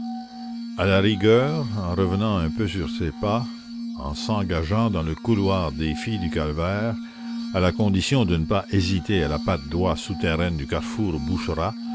à la rigueur en revenant un peu sur ses pas en s'engageant dans le couloir des filles du calvaire à la condition de ne pas hésiter à la patte d'oie souterraine du carrefour boucherat